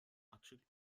açık